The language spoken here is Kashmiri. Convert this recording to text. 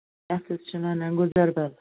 اَسہِ حظ چھِ ونان گُزر بنٛد